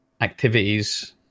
activities